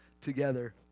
together